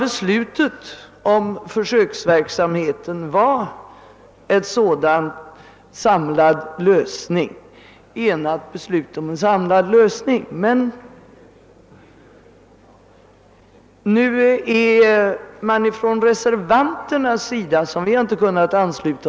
Beslutet om försöksverksamheten var ett enigt beslut om en sådan samlad lösning. Vi har inte kunnat ansluta oss till reservanternas mening.